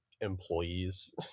employees